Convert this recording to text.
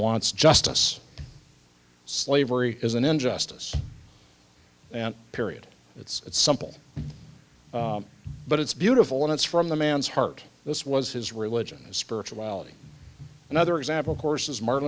wants justice slavery is an injustice and period it's it's simple but it's beautiful and it's from the man's heart this was his religion and spirituality another example of course as martin